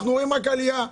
הם רואים רק עלייה.